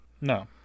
No